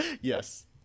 Yes